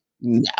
no